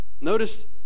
notice